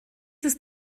ist